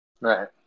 Right